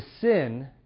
sin